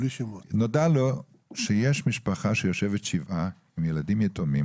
נודע לו שיש משפחה שיושבת שבעה עם ילדים יתומים